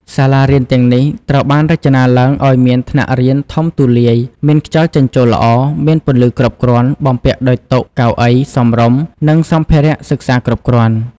សាលារៀនទាំងនេះត្រូវបានរចនាឡើងឱ្យមានថ្នាក់រៀនធំទូលាយ មានខ្យល់ចេញចូលល្អ មានពន្លឺគ្រប់គ្រាន់ បំពាក់ដោយតុ កៅអី សមរម្យ និងសម្ភារៈសិក្សាគ្រប់គ្រាន់។